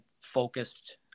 focused